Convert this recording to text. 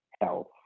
Health